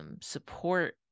support